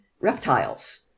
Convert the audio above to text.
reptiles